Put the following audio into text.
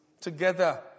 Together